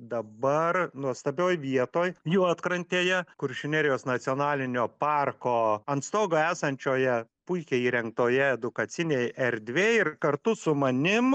dabar nuostabioj vietoj juodkrantėje kuršių nerijos nacionalinio parko ant stogo esančioje puikiai įrengtoje edukacinėj erdvėj ir kartu su manim